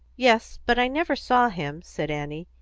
yes but i never saw him, said annie.